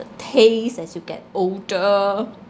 taste as you get older